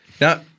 Now